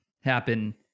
happen